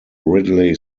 ridley